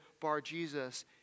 Bar-Jesus